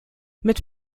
mit